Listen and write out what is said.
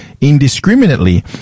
indiscriminately